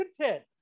content